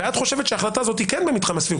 ואת חושבת שההחלטה הזאת היא כן במתחם הסבירות,